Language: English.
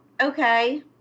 Okay